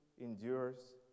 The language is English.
endures